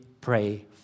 pray